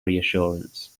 reassurance